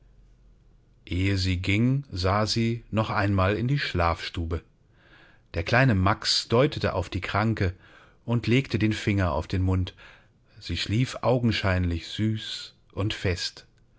ehe sie ging sah sie noch einmal in die schlafstube der kleine max deutete auf die kranke und legte den finger auf den mund sie schlief augenscheinlich süß und fest